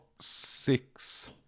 six